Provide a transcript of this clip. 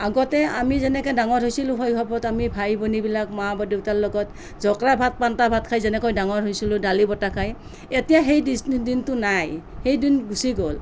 আগতে আমি যেনেকৈ ডাঙৰ হৈছিলোঁ শৈশৱত আমি ভাই ভনীবিলাক মা বা দেউতাৰ লগত জকৰা ভাত পঁইতাভাত খাই যেনেকৈ ডাঙৰ হৈছিলোঁ দালিবতা খাই এতিয়া সেই দিনটো নাই সেই দিন গুছি গ'ল